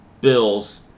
Bills